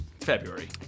February